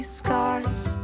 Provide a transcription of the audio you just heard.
scars